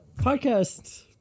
podcast